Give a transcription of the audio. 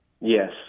Yes